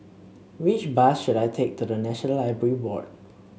which bus should I take to the National Library Board